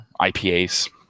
IPAs